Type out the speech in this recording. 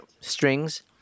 strings